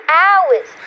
hours